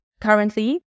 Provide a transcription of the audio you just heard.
currently